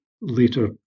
later